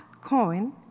coin